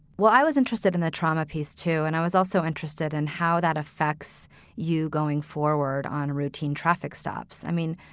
well, i was interested in the trauma. he's two. and i was also interested in how that affects you going forward on routine traffic stops. i mean,